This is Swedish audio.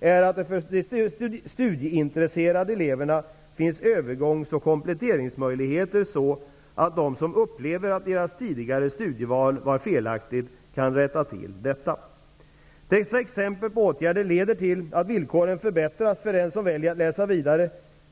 är att det för studieintresserade elever finns övergångs och kompletteringsmöjligheter, så att de som upplever att deras tidigare studieval var felaktigt kan rätta till detta. Dessa exempel på åtgärder leder till att villkoren förbättras för den som väljer att läsa vidare.